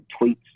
tweets